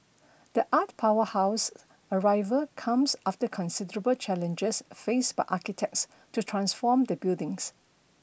the art powerhouse's arrival comes after considerable challenges faced by architects to transform the buildings